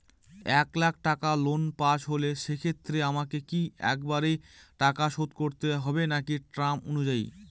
এক লাখ টাকা loan pass হল সেক্ষেত্রে আমাকে কি একবারে টাকা শোধ করতে হবে নাকি টার্ম অনুযায়ী?